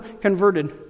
converted